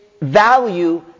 value